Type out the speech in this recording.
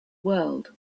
world